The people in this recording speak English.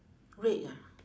red ah